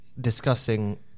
discussing